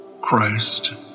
Christ